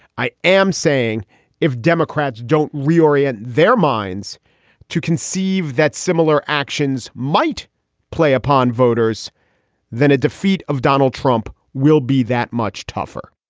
i am saying if democrats don't reorient their minds to conceive that similar actions might play upon voters than a defeat of donald trump will be that much tougher